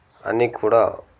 అన్నీ కూడా